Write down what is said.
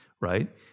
right